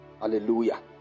Hallelujah